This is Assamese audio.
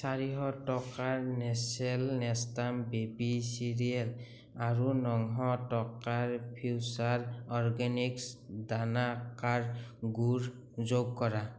চাৰিশ টকাৰ নেচ্লে নেষ্টাম বেবী চেৰিয়েল আৰু নশ টকাৰ ফিউচাৰ অৰ্গেনিক্ছ দানাকাৰ গুড় যোগ কৰা